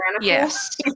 Yes